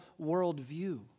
worldview